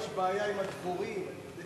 אולי יש בעיה עם הדבורים, אני יודע?